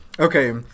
Okay